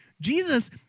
Jesus